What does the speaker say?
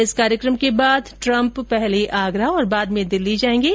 इस कार्यक्रम के बाद ट्रम्प पहले आगरा और बाद में दिल्ली जायेंगे